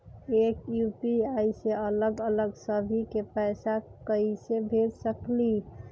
एक यू.पी.आई से अलग अलग सभी के पैसा कईसे भेज सकीले?